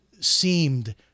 seemed